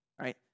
right